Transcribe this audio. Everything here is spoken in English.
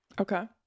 Okay